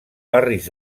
barris